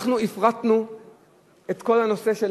אנחנו הפרטנו את כל הנושא של,